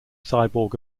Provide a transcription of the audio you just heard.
cyborg